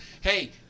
Hey